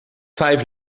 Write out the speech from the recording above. vijf